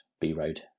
B-Road